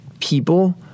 people